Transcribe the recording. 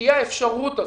שתהיה האפשרות הזאת.